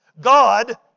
God